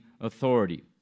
authority